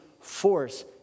force